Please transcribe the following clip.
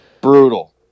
Brutal